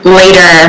later